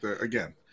again